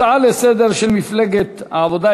הצעה לסדר-היום של מפלגת העבודה,